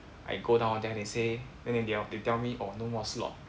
I go down there they say then they they tell me orh no more slot